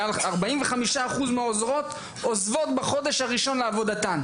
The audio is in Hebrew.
מעל 45% מהעוזרות עוזבות בחודש הראשון לעבודתן.